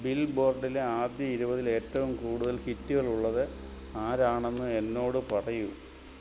ബിൽബോർഡിലെ ആദ്യ ഇരുപതിൽ ഏറ്റവും കൂടുതൽ ഹിറ്റുകൾ ഉള്ളത് ആരാണെന്ന് എന്നോട് പറയൂ